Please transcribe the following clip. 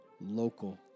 local